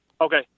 Okay